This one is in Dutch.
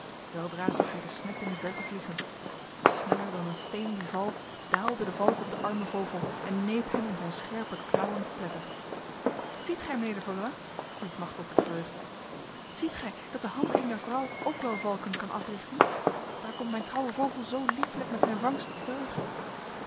weldra zag hij de snep in de verte vliegen sneller dan een steen die valt daalde de valk op de arme vogel en neep hem in zijn scherpe klauwen te pletter ziet gij mijnheer de valois riep machteld met vreugde ziet gij dat de hand ener vrouw ook wel valken kan africhten daar komt mijn trouwe vogel zo lieflijk met zijn vangst terug